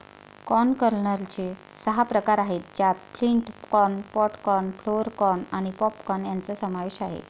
corn कर्नलचे सहा प्रकार आहेत ज्यात flint corn, pod corn, flour corn आणि पॉप कॉर्न यांचा समावेश आहे